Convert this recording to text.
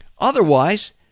Otherwise